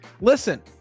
Listen